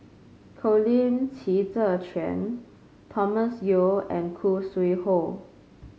Colin Qi Zhe Quan Thomas Yeo and Khoo Sui Hoe